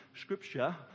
Scripture